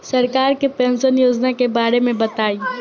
सरकार के पेंशन योजना के बारे में बताईं?